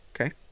Okay